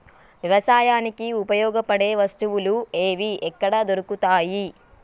వ్యవసాయానికి ఉపయోగపడే వస్తువులు ఏవి ఎక్కడ దొరుకుతాయి?